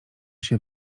się